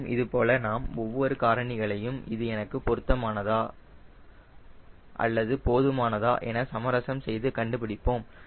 மேலும் இதுபோலவே நாம் ஒவ்வொரு காரணிகளையும் இது எனக்கு பொருத்தமானதா அல்லது போதுமானதா என சமரசம் செய்து கண்டுபிடிப்போம்